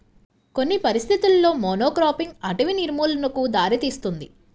కొన్ని పరిస్థితులలో మోనోక్రాపింగ్ అటవీ నిర్మూలనకు దారితీస్తుంది